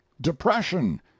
depression